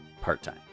part-time